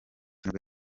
nibwo